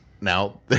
Now